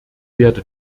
werde